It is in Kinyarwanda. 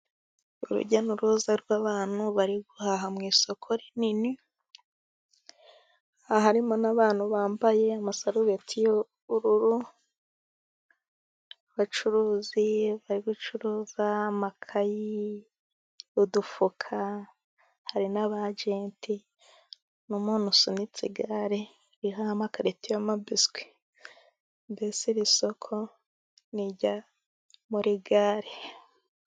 Urujya n'uruza rw'abantu bari guhaha mu isoko rinini, harimo n'abantu bambaye amasarubeti y'ubururu, abacuruzi bari gucuruza amakayi, udufuka, hari n'abajenti n'umuntu usunitse igare ririho amakarito y'amabiswi, mbese iri soko niryo muri gare.